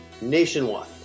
nationwide